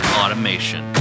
automation